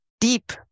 deep